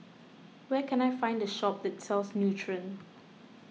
where can I find a shop that sells Nutren